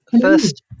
First